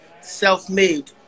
self-made